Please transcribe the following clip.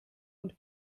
und